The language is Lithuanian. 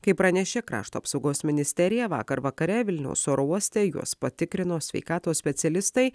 kaip pranešė krašto apsaugos ministerija vakar vakare vilniaus oro uoste juos patikrino sveikatos specialistai